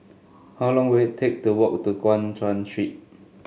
how long will it take to walk to Guan Chuan Street